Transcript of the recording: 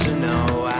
know